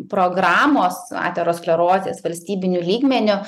programos aterosklerozės valstybiniu lygmeniu